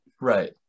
Right